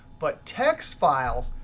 but text files,